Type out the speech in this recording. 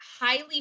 highly